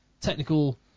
Technical